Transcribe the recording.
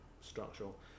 Structural